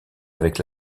avec